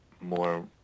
more